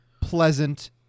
pleasant